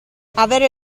avere